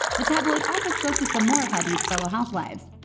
the tabloid also spoke to some more of hadid's fellow housewives,